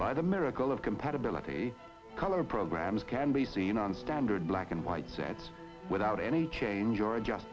by the miracle of compatibility color programs can be seen on standard black and white sets without any change or adjust